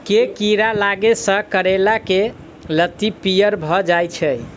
केँ कीड़ा लागै सऽ करैला केँ लत्ती पीयर भऽ जाय छै?